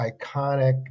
iconic